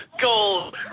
Gold